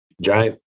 giant